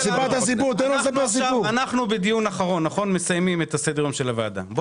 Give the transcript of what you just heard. אנחנו מסיימים את סדר-היום של הוועדה ליום זה.